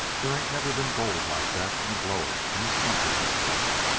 there ain't never been gold like that in a blower in this country before.